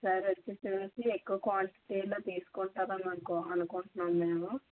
ఒకసారి వచ్చి చూసి ఎక్కువ క్వాంటిటీలో తీసుకుంటారని అనుకుం అనుకుంటున్నాం మేము